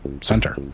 center